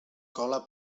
cola